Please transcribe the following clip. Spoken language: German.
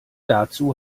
dazu